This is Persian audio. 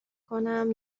کنم